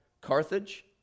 Carthage